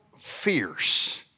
fierce